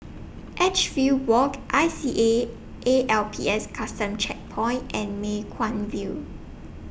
Edgefield Walk I C A A L P S Custom Checkpoint and Mei Kwan View